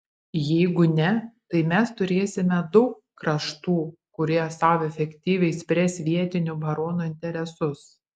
jeigu ne tai mes turėsime daug kraštų kurie sau efektyviai spręs vietinių baronų interesus